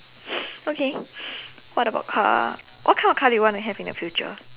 okay what about car what kind of car do you want to have in the future